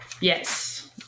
Yes